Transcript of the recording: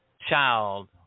child